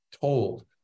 told